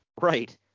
right